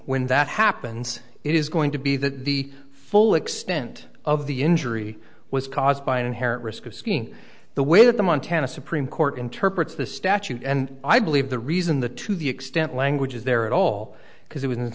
when that happens it is going to be that the full extent of the injury was caused by an inherent risk of skiing the way that the montana supreme court interprets the statute and i believe the reason the to the extent language is there at all because it was in